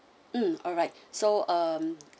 mm alright so um